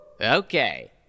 Okay